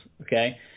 Okay